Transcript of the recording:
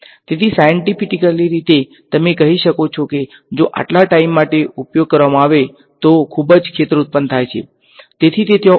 તેથી સાયંટીફીકલી રીતે તમે કહી શકો છો કે જો આટલા ટાઈમ માટે ઉપયોગ કરવામાં આવે તો ખૂબ જ ક્ષેત્ર ઉત્પન્ન થાય છે